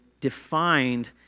defined